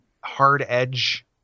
hard-edge